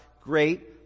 great